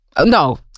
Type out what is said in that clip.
No